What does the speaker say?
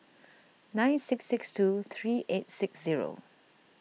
nine six six two three eight six zero